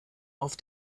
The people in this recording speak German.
auf